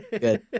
Good